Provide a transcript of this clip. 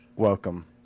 Welcome